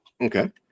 Okay